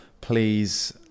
please